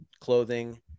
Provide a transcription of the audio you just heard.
clothing